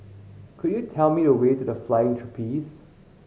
could you tell me the way to The Flying Trapeze